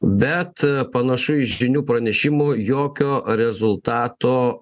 bet panašu iš žinių pranešimų jokio rezultato